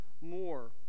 more